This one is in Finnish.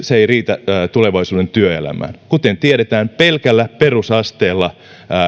se ei riitä tulevaisuuden työelämään kuten tiedetään pelkällä perusasteella